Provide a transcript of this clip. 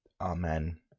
Amen